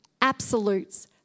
absolutes